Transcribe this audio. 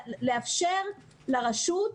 כלומר, לאפשר לרשות,